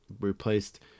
Replaced